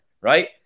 right